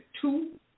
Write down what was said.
two